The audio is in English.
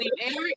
Eric